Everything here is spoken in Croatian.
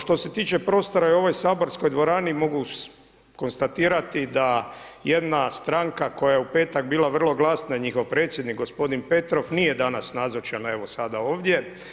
Što se tiče prostora i u ovoj saborskoj dvorani mogu konstatirati da jedna stranka koja je u petak bila vrlo glasna, njihov predsjednik gospodin Petrov nije danas nazočan evo sada ovdje.